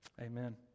amen